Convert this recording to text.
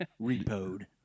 Repoed